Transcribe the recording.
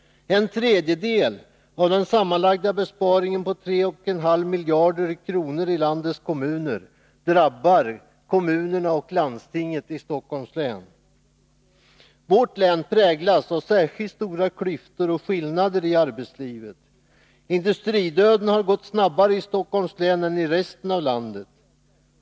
En tredjedel av den sammanlagda besparingen på 3,5 miljarder kronor när det gäller landets kommuner drabbar kommunerna och landstinget i Stockholms län. Vårt län präglas av särskilt stora klyftor och skillnader i arbetslivet. Industridöden har i snabbare takt drabbat Stockholms län än övriga delar av landet.